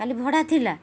କାଲି ଭଡ଼ା ଥିଲା